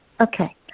Okay